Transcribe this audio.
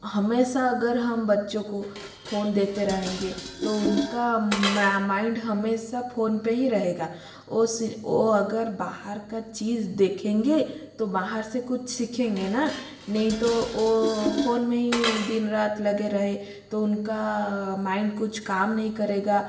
हमेशा अगर हम बच्चों को फोन देते रहेंगे तो उनका माइंड हमेशा फोन पे ही रहेगा ओ अगर बाहर का चीज देखेंगे तो बाहर से कुछ सीखेंगे ना नहीं तो ओ फोन में ही है दिन रात लगे रहे तो उनका माइंड कुछ काम नहीं करेगा